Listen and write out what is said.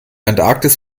antarktis